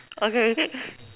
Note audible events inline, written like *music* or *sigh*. okay okay *noise*